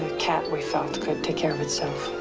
cat, we felt, could take care of itself.